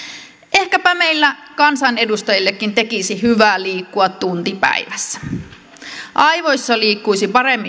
ehkäpä meille kansanedustajillekin tekisi hyvää liikkua tunti päivässä aivoissa liikkuisi paremmin